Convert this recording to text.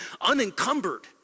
unencumbered